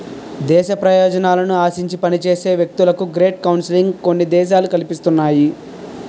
దేశ ప్రయోజనాలను ఆశించి పనిచేసే వ్యక్తులకు గ్రేట్ కౌన్సిలింగ్ కొన్ని దేశాలు కల్పిస్తున్నాయి